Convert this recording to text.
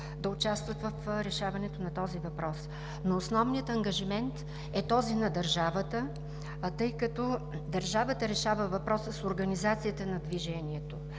да участват в решаването на този въпрос. Но основният ангажимент е този на държавата, тъй като държавата решава въпроса с организацията на движението.